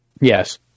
Yes